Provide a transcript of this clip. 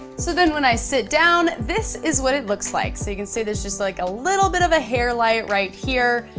so then when i sit down, this is what it looks like, so you can see there's just like a little bit of a hair light right here.